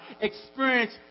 experience